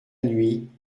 nuit